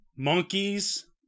Monkeys